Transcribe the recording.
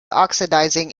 oxidizing